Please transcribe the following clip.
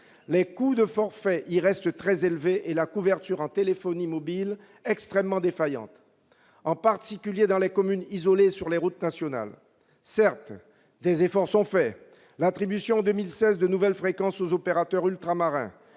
le coût des forfaits y reste très élevé et la couverture en téléphonie mobile extrêmement défaillante, en particulier dans les communes isolées et sur les routes nationales. Certes, des efforts sont faits. L'attribution en 2016 de nouvelles fréquences aux opérateurs ultramarins